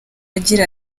agira